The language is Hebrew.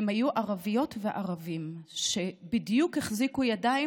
הם היו ערביות וערבים שבדיוק החזיקו ידיים